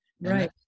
right